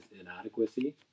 inadequacy